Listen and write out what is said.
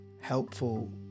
helpful